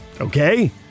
okay